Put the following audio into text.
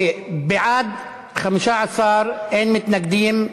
בעד, 15, אין מתנגדים,